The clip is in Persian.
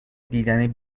دیدن